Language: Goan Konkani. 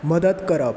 मदत करप